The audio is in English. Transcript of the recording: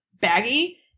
baggy